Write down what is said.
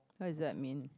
what is that mean